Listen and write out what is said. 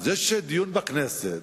אז יש דיון בכנסת,